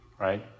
right